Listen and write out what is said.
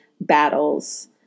battles